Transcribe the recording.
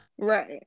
Right